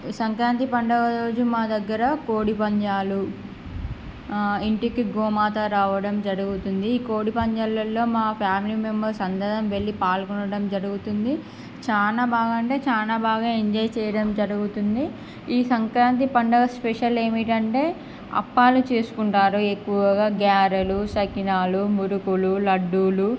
సంక్రాంతి పండగ రోజు మా దగ్గర కోడి పందాలు ఇంటికి గోమాత రావడం జరుగుతుంది ఈ కోడి పందాలలో మా ఫ్యామిలీ మెంబర్స్ అందరం వెళ్ళి పాల్గొనడం జరుగుతుంది చాల బాగా అంటే చాల బాగా ఎంజాయ్ చేయడం జరుగుతుంది ఈ సంక్రాంతి పండగ స్పెషల్ ఏమిటి అంటే అప్పాలు చేసుకుంటారు ఎక్కువగా గారెలు సకినాలు మురుకులు లడ్డులు